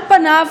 על פניו,